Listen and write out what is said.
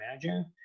imagine